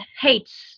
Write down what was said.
hates